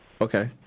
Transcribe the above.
Okay